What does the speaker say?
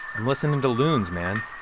i'm listening to loons, man